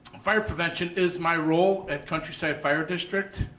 fire prevention is my role at countryside fire district,